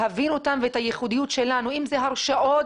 להבהיר אותם ואת הייחודיות שלנו אם זה הרשאות